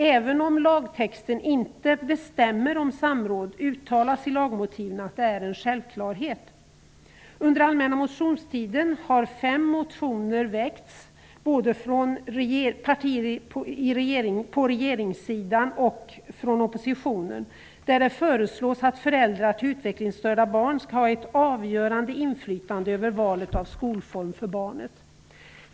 Även om lagtexten inte bestämmer om samråd, uttalas i lagmotiven att det är en självklarhet. Under allmänna motionstiden väcktes fem motioner -- både från regeringssidan och från oppositionen -- där det föreslås att föräldrar till utvecklingsstörda barn skall ha ett avgörande inflytande över valet av skolform för barnet.